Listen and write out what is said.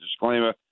disclaimer